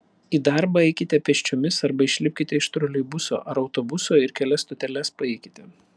į darbą eikite pėsčiomis arba išlipkite iš troleibuso ar autobuso ir kelias stoteles paeikite